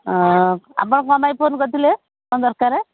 ହଁ ଆପଣ କ'ଣ ପାଇଁ ଫୋନ୍ କରିଥିଲେ କ'ଣ ଦରକାର